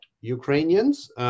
Ukrainians